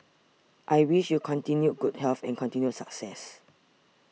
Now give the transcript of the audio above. I wish you continued good health and continued success